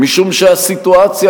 משום שהסיטואציה,